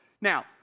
Now